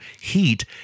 heat